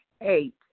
Eight